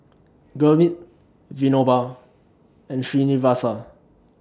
Gurmeet Vinoba and Srinivasa